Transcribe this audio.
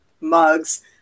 mugs